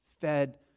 fed